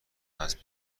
هست